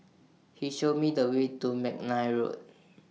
He Show Me The Way to Mcnair Road